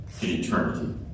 eternity